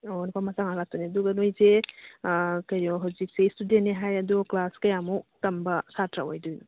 ꯑꯣ ꯅꯨꯄꯥ ꯃꯆꯥ ꯉꯥꯛ ꯂꯥꯛꯇꯣꯏꯅꯤ ꯑꯗꯨꯒ ꯅꯣꯏꯁꯦ ꯀꯩꯅꯣ ꯍꯧꯖꯤꯛꯁꯦ ꯁ꯭ꯇꯨꯗꯦꯟꯅꯤ ꯍꯥꯏꯔꯦ ꯑꯗꯨ ꯀ꯭ꯂꯥꯁ ꯀꯌꯥꯃꯨꯛ ꯇꯝꯕ ꯁꯥꯇ꯭ꯔ ꯑꯣꯏꯗꯣꯏꯅꯣ